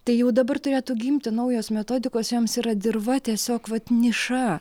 tai jau dabar turėtų gimti naujos metodikos joms yra dirva tiesiog vat niša